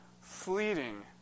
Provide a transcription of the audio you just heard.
fleeting